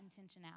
intentionality